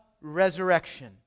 resurrection